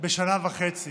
בשנה וחצי.